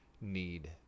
need